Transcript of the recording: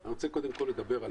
אני רוצה לדבר על